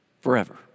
forever